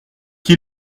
qui